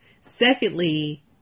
Secondly